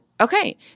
okay